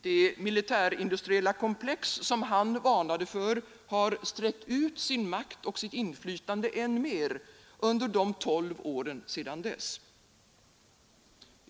Det militärindustriella komplex som han varnade för har sträckt ut sin makt och sitt inflytande än mer under de tolv åren sedan dess.